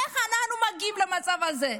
איך אנחנו מגיעים למצב הזה?